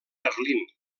berlín